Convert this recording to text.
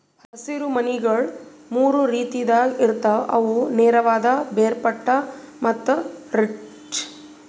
ಹಸಿರು ಮನಿಗೊಳ್ ಮೂರು ರೀತಿದಾಗ್ ಇರ್ತಾವ್ ಅವು ನೇರವಾದ, ಬೇರ್ಪಟ್ಟ ಮತ್ತ ರಿಡ್ಜ್